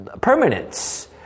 permanence